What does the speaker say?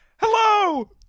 hello